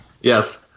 Yes